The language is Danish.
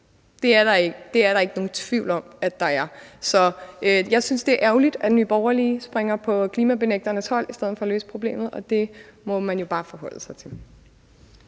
i Danmark. Det er der ikke nogen tvivl om at der er. Jeg synes, det er ærgerligt, at Nye Borgerlige springer på klimakrisebenægternes hold i stedet for at løse problemet, og det må man jo bare forholde sig til.